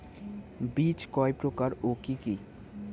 বীজ কয় প্রকার ও কি কি?